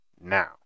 now